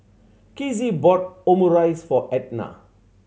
Kizzie bought Omurice for Edna